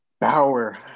Bauer